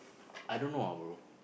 I don't know ah bro